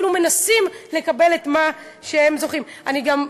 אפילו מנסים לקבל את מה שהם זוכים בו.